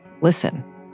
listen